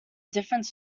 difference